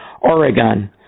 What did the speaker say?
Oregon